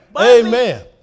Amen